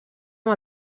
amb